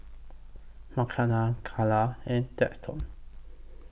Makenna Kala and Daxton